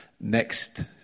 Next